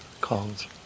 calls